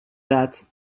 that